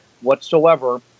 whatsoever